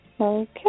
Okay